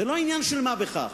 זה לא עניין של מה בכך.